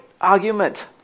argument